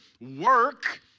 Work